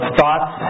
thoughts